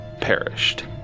perished